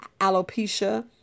alopecia